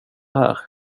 här